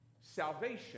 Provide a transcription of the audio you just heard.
Salvation